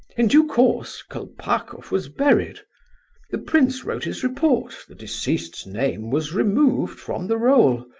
in due course kolpakoff was buried the prince wrote his report, the deceased's name was removed from the roll.